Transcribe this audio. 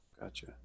Gotcha